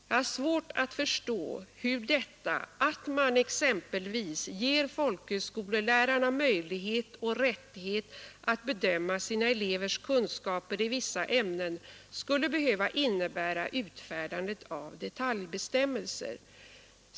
Jag har svårt att förstå hur detta att man exempelvis ger folkhögskolelärarna möjlighet och rättighet att bedöma sina elevers kunskaper i vissa ämnen — skulle behöva innebära utfärdandet av detaljbestämmelser.